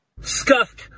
Scuffed